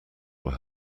were